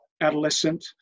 adolescent